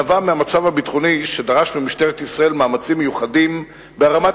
נבע מהמצב הביטחוני שדרש ממשטרת ישראל מאמצים מיוחדים בהרמת